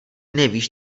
nevíš